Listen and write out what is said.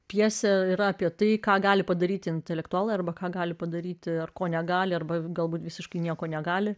pjesė yra apie tai ką gali padaryti intelektualai arba ką gali padaryti ar ko negali arba galbūt visiškai nieko negali